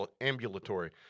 ambulatory